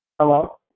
hello